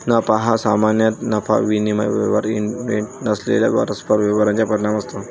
नफा हा सामान्यतः नफा विनिमय व्यवहार इव्हेंट नसलेल्या परस्पर व्यवहारांचा परिणाम असतो